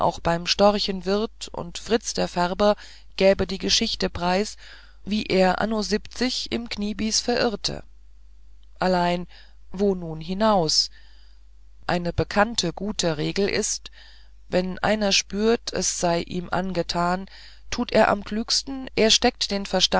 beim storchenwirt und fritz der färber gäbe die geschichte preis wie er anno im kniebis verirrte allein wo nun hinaus eine bekannte gute regel ist wenn einer spürt es sei ihm angetan tut er am klügsten er steckt den